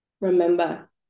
Remember